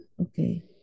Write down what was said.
Okay